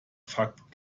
fakt